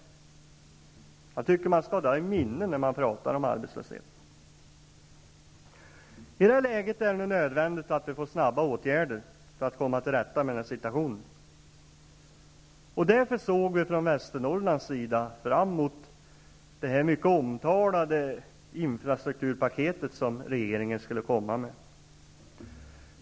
Jag tycker att man skall hålla detta i minnet när man pratar om arbetslöshet. I det här läget är det nödvändigt att det snabbt vidtas åtgärder för att komma till rätta med situationen. Därför såg vi från Västernorrlands sida fram mot det mycket omtalade infrastrukturpaket som regeringen skulle komma med.